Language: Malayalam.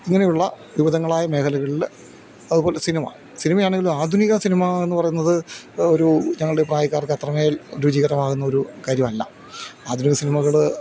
ഇങ്ങനെയുള്ള വിവിധങ്ങളായ മേഖലകളില് അതുപോലെ സിനിമ സിനിമയാണെങ്കിലും ആധുനിക സിനിമയെന്ന് പറയുന്നത് ഒരു ഞങ്ങളുടെ പ്രായക്കാർക്ക് അത്രമേൽ രുചികരമാകുന്നൊരു കാര്യമല്ല ആധുനിക സിനിമകള്